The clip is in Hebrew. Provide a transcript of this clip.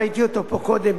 ראיתי אותו פה קודם,